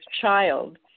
child